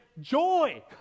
joy